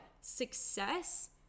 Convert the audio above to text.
success